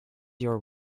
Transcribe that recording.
your